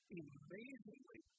amazingly